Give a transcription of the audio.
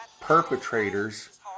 perpetrators